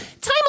time